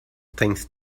things